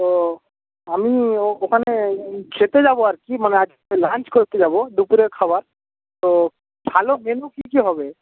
তো আমি ওখানে খেতে যাব আর কি মানে আজকে লাঞ্চ করতে যাব দুপুরের খাবার তো ভালো মেনু কী কী হবে